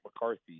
McCarthy